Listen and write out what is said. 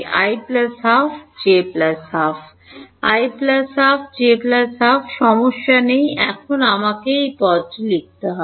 ˙ z i 12 j 12 i 12 j 12 সমস্যা নেই এখন আমাকে এই পদটি লিখতে হবে